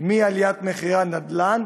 מעליית מחירי הנדל"ן,